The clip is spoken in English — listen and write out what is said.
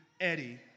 Eddie